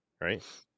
right